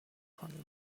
con